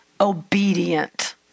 obedient